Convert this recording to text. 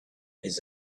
his